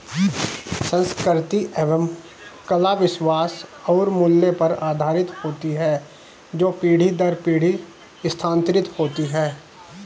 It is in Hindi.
संस्कृति एवं कला विश्वास और मूल्य पर आधारित होती है जो पीढ़ी दर पीढ़ी स्थानांतरित होती हैं